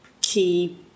key